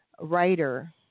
writer